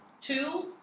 Two